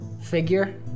figure